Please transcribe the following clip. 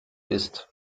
isst